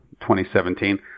2017